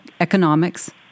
economics